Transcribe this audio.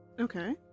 Okay